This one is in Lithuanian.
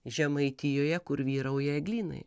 žemaitijoje kur vyrauja eglynai